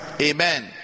Amen